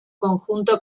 conjunto